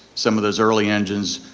some of those early engines,